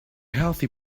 healthy